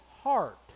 heart